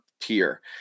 tier